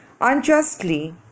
Unjustly